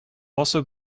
also